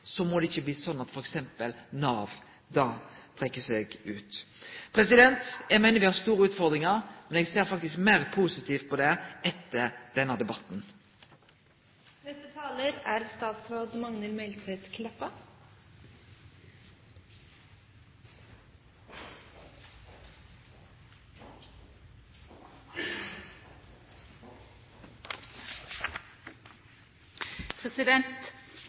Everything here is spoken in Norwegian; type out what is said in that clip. så må det ikkje bli sånn at f.eks. Nav da trekkjer seg ut. Eg meiner vi har store utfordringar, men eg ser faktisk meir positivt på det etter denne